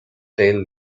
tail